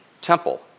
temple